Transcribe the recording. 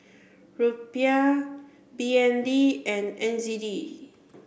Rupiah B N D and N Z D